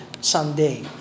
someday